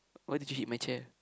why did you hit my chair